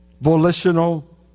volitional